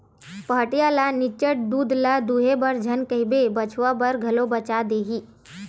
पहाटिया ल निच्चट दूद ल दूहे बर झन कहिबे बछवा बर घलो बचा देही